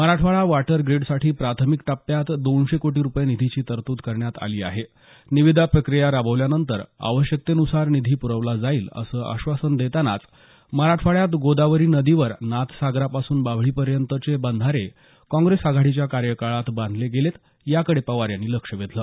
Marathwada water ग्रीडसाठी प्राथमिक टप्प्यात दोनशे कोटी रुपये निधीची तरतूद करण्यात आली आहे निविदा प्रक्रिया राबवल्यानंतर आवश्यकतेनुसार निधी प्रवला जाईल असं आश्वासन देतानाच मराठवाड्यात गोदावरीनदीवर नाथसागरपासून बाभळीपर्यंतचे बंधारे काँग्रेस आघाडीच्या कार्यकाळात बांधले गेलेत याकडे पवार यांनी लक्ष वेधलं